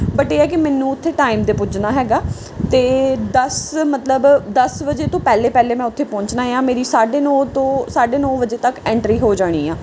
but ਇਹ ਕਿ ਮੈਨੂੰ ਉੱਥੇ ਟਾਈਮ 'ਤੇ ਪੁੱਜਣਾ ਹੈਗਾ ਅਤੇ ਦਸ ਮਤਲਬ ਦਸ ਵਜੇ ਤੋਂ ਪਹਿਲਾਂ ਪਹਿਲਾਂ ਮੈਂ ਉੱਥੇ ਪਹੁੰਚਣਾ ਆ ਮੇਰੀ ਸਾਢੇ ਨੋਂ ਤੋਂ ਸਾਢੇ ਨੋਂ ਵਜੇ ਤੱਕ ਐਂਟਰੀ ਹੋ ਜਾਣੀ ਆ